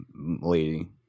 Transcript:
lady